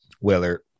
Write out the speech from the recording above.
Willard